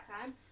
time